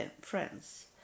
friends